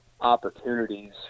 opportunities